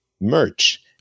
merch